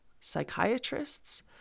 psychiatrists